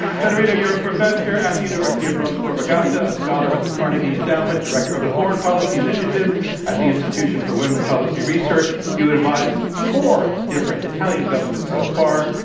federiga, you are a professor at the university of rome's tor vergata, a scholar at the carnegie endowment, director of the foreign policy initiative at the institution for women policy research. you advised four different italian governments so far,